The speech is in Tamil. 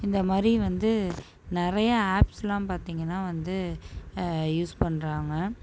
இந்த மாரி வந்து நிறையா ஆப்ஸ்லாம் பார்த்திங்கன்னா வந்து யூஸ் பண்ணுறாங்க